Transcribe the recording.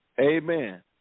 amen